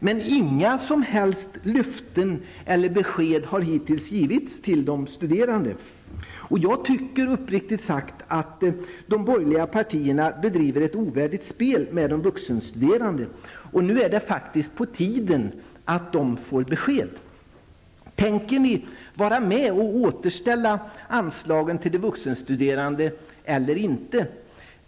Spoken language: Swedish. Men inga som helst löften eller besked har hittills givits till de studerande. Uppriktigt sagt tycker jag att de borgerliga partierna bedriver ett ovärdigt spel med de vuxenstuderande. Nu är det faktiskt på tiden att dessa får besked. Tänker ni vara med på att återställa anslagen till de vuxenstuderande eller inte?